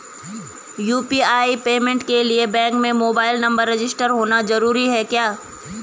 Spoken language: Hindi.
यु.पी.आई पेमेंट के लिए बैंक में मोबाइल नंबर रजिस्टर्ड होना जरूरी है क्या?